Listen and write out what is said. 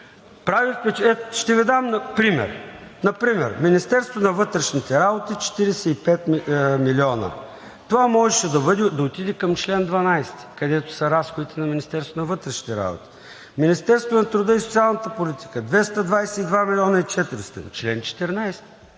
Ще Ви дам пример. Например Министерството на вътрешните работи – 45 милиона, това можеше да отиде към чл. 12, където са разходите на Министерството на вътрешните работи; Министерството на труда и социалната политика – 222 милиона и четиристотин, чл. 14.